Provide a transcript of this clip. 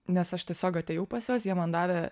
nes aš tiesiog atėjau pas juos jie man davė